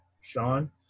Sean